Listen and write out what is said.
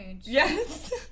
Yes